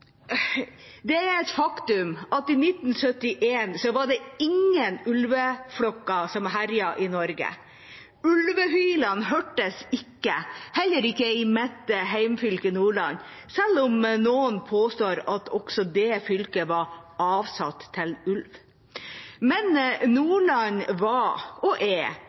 Det er et faktum at i 1971 var det ingen ulveflokker som herjet i Norge. Ulvehylene hørtes ikke – heller ikke i mitt hjemfylke, Nordland, selv om noen påstår at også det fylket var avsatt til ulv. Men Nordland var og er